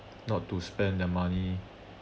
not to spend their money